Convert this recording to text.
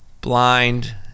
blind